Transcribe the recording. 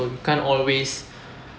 can't always